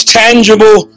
tangible